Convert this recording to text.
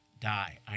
die